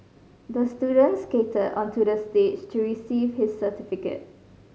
the student skated onto the stage to receive his certificate